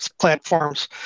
platforms